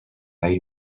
hay